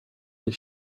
that